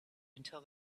until